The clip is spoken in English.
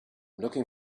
looking